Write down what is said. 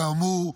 כאמור,